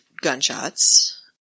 gunshots